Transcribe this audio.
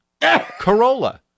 Corolla